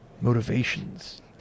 motivations